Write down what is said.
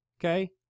okay